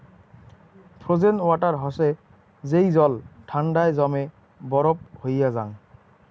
frozen water হসে যেই জল ঠান্ডায় জমে বরফ হইয়া জাং